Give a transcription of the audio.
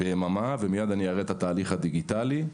ביממה ומיד אראה גם את התהליך הדיגיטלי.